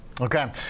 Okay